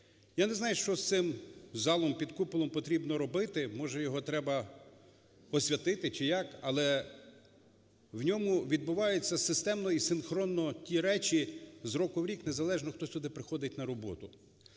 Я не знаю, що з цим залом під куполом потрібно робити, може його треба освятити, чи як, але в ньому відбуваються системно і синхронно ті речі з року в рік, незалежно, хто сюди приходить на роботу.